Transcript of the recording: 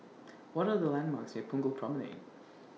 What Are The landmarks near Punggol Promenade